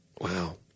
Wow